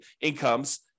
incomes